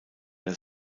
der